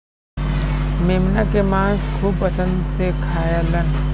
मेमना के मांस खूब पसंद से खाएलन